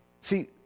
See